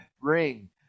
ring